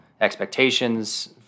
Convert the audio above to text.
expectations